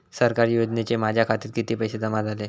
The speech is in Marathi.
सरकारी योजनेचे माझ्या खात्यात किती पैसे जमा झाले?